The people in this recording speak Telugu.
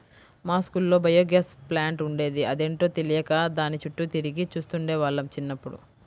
మా స్కూల్లో బయోగ్యాస్ ప్లాంట్ ఉండేది, అదేంటో తెలియక దాని చుట్టూ తిరిగి చూస్తుండే వాళ్ళం చిన్నప్పుడు